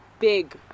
big